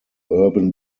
urban